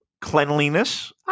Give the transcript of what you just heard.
Cleanliness